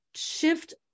shift